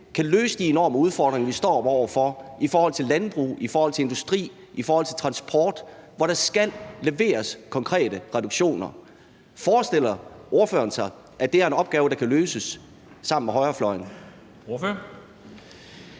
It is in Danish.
kan løse de enorme udfordringer, vi står over for, i forhold til landbrug, i forhold til industri, i forhold til transport, hvor der skal leveres konkrete reduktioner? Forestiller ordføreren sig, at det er en opgave, der kan løses sammen med højrefløjen?